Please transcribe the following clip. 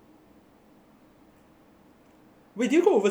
wait did you go overseas in uh army